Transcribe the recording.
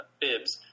bibs